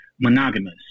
monogamous